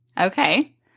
Okay